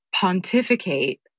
pontificate